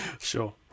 sure